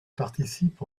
participe